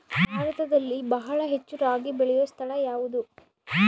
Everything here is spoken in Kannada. ಭಾರತದಲ್ಲಿ ಬಹಳ ಹೆಚ್ಚು ರಾಗಿ ಬೆಳೆಯೋ ಸ್ಥಳ ಯಾವುದು?